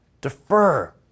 defer